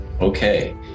Okay